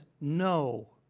no